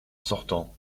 sortant